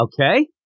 Okay